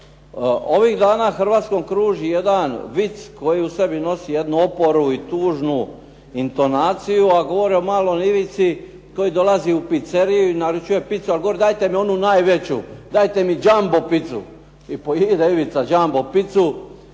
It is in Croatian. Ovih dana Hrvatskom kruži jedan vic koji u sebi nosi jednu oporu i tužnu intonaciju a govori o malom Ivici koji dolazi u Pizzeriu i naruči pizzu, ali govori: "Dajte mi onu najveću. Dajte mi jumbo pizzu". I pojede Ivica jumbo pizzu